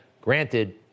granted